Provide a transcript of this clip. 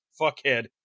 fuckhead